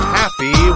happy